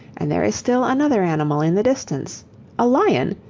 and there is still another animal in the distance a lion!